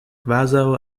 kvazaŭ